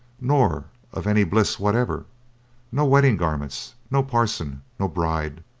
nor of any bliss whatever no wedding garments, no parson, no bride.